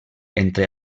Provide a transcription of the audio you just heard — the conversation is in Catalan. entre